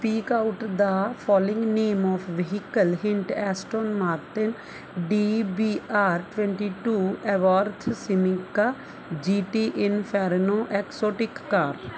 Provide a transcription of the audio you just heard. speak out the following name of vehicle hint Aston Martin D B R twenty two Abarth Simca G T inferno exotic car